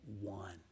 one